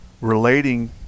relating